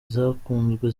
zakunzwe